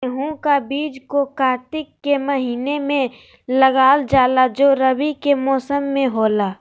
गेहूं का बीज को कार्तिक के महीना में लगा जाला जो रवि के मौसम में होला